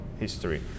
History